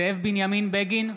(קורא בשמות חברי הכנסת) זאב בנימין בגין,